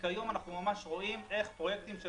כיום אנחנו ממש רואים איך פרויקטים של